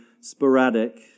sporadic